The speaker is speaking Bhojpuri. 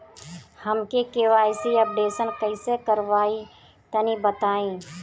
हम के.वाइ.सी अपडेशन कइसे करवाई तनि बताई?